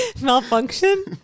Malfunction